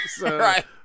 Right